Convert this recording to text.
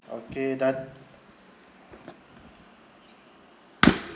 okay that